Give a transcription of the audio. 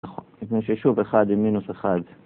נכון, לפני ששוב אחד עם מינוס אחד